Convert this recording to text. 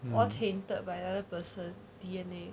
or tainted by another person D_N_A